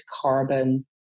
carbon